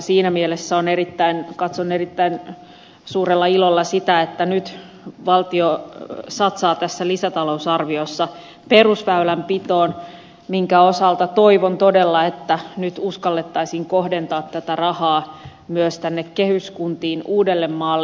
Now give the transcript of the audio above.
siinä mielessä katson erittäin suurella ilolla sitä että nyt valtio satsaa tässä lisätalousarviossa perusväylänpitoon minkä osalta toivon todella että nyt uskallettaisiin kohdentaa tätä rahaa myös tänne kehyskuntiin uudellemaalle